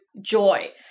joy